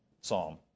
psalm